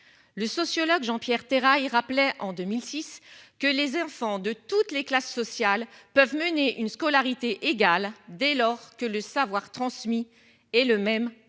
Le sociologue Jean-Pierre Terrail rappelait en 2006 que les enfants de toutes les classes sociales peuvent mener une scolarité égal dès lors que le savoir transmis est le même partout.